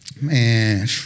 Man